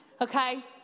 Okay